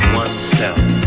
oneself